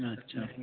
अच्छा